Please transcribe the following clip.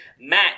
Matt